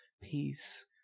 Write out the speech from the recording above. Peace